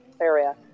area